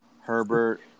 Herbert